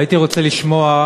הייתי רוצה לשמוע,